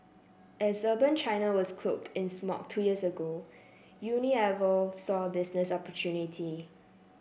as urban China was cloaked in smog two years ago Unilever saw a business opportunity